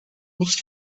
nicht